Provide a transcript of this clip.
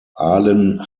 aalen